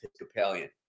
Episcopalian